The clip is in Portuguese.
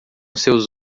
seus